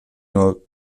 nur